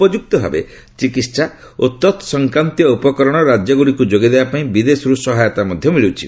ଉପଯୁକ୍ତ ଭାବେ ଚିକିତ୍ସା ଓ ତତ୍ ସଂକ୍ରାନ୍ତୀୟ ଉପକରଣ ରାଜ୍ୟଗୁଡ଼ିକୁ ଯୋଗାଇଦେବା ପାଇଁ ବିଦେଶରୁ ସହାୟତା ମିଳିଛି